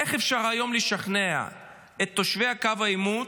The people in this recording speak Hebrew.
איך אפשר לשכנע היום את תושבי קו העימות,